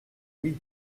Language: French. oui